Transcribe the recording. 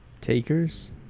Takers